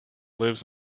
lives